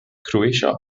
croatia